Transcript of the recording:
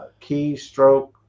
keystroke